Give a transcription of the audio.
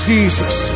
Jesus